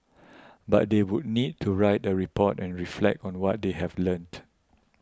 but they would need to write a report and reflect on what they have learnt